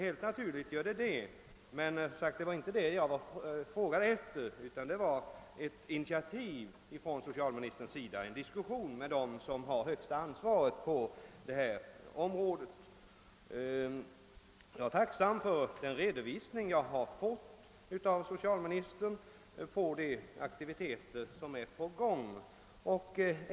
Helt naturligt är det så, men vad jag frågade efter var inte detta, utan ett initiativ från socialministerns sida till en diskussion med dem som har det högsta ansvaret på detta område. Jag är tacksam för den redovisning socialministern har lämnat för de aktiviteter som är på gång.